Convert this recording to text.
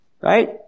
right